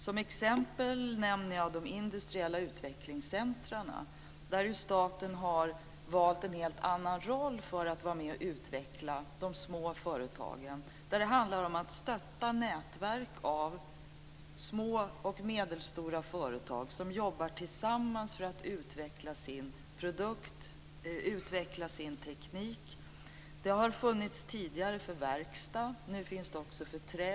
Som exempel nämner jag de industriella utvecklingscentren. Där har staten valt en helt annan roll för att vara med och utveckla de små företagen. Det handlar om att stötta nätverk av små och medelstora företag som jobbar tillsammans för att utveckla sin produkt och sin teknik. Detta har funnits tidigare för verkstad, och nu finns det också för trä.